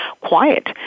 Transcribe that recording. quiet